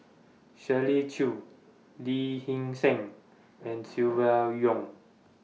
Shirley Chew Lee Hee Seng and Silvia Yong